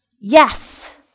Yes